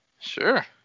Sure